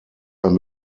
ein